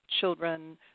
children